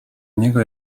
niego